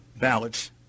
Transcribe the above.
ballots